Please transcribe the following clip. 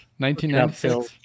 1996